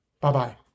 Bye-bye